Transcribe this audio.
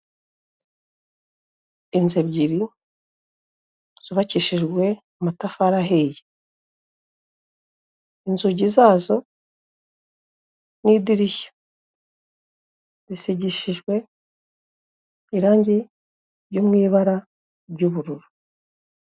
Inzu ebyiri zubakishijwe amatafari ahiye inzugi zazo n'idirishya, zisigishijwe irangi ryo mu ibara ry'ubururu.